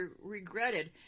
regretted